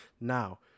now